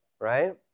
right